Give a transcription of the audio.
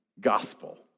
gospel